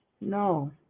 No